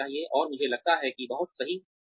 और मुझे लगता है कि बहुत सही नहीं है